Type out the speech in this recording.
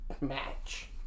match